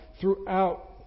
throughout